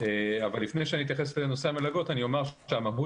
אבל לפני שאני אתייחס לנושא המלגות אני אומר שהמהות